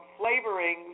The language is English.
flavorings